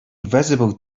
visible